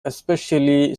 especially